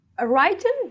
Writing